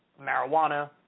marijuana